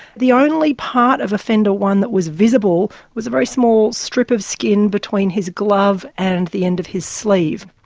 the only part of offender one that was visible was a very small strip of skin between his glove and the end of his sleeve.